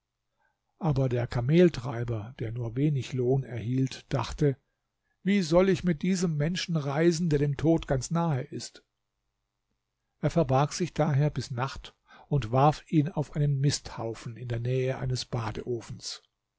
aber der kameltreiber der nur wenig lohn erhielt dachte wie soll ich mit diesem menschen reisen der dem tod ganz nahe ist er verbarg sich daher bis nacht und warf ihn auf einen misthaufen in der nähe eines